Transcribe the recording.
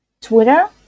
Twitter